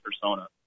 persona